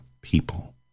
people